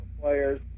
players